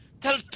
tell